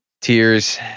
Tears